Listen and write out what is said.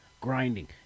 grinding